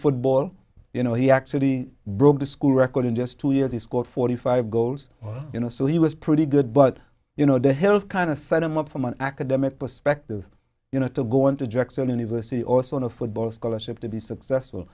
football you know he actually broke the school record in just two years he scored forty five goals you know so he was pretty good but you know the hills kind of set him up from an academic perspective you know to go into jackson university or so on a football scholarship to be successful